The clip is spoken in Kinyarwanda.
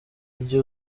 gihe